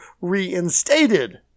reinstated